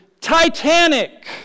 titanic